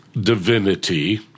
divinity